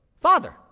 father